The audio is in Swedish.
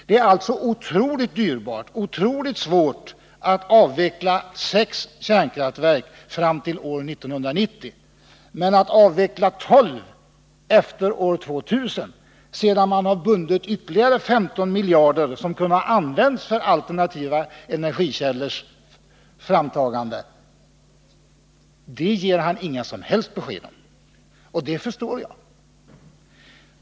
Det är alltså otroligt dyrbart och svårt att avveckla sex kärnkraftverk fram till 1990, men kostnaderna för att avveckla tolv stycken efter år 2000, sedan man har bundit ytterligare 15 miljarder kronor — som kunde ha använts för framtagande av alternativa energikällor — ger Bo Södersten inga som helst besked om. Och det förstår jag.